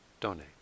donate